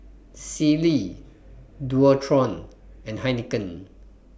Sealy Dualtron and Heinekein